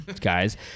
guys